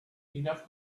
enough